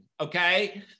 okay